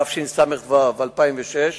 התשס"ו-2006,